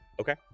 Okay